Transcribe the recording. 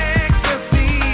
ecstasy